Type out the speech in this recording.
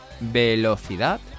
Velocidad